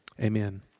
Amen